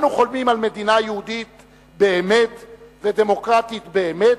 אנו חולמים על מדינה יהודית באמת ודמוקרטית באמת,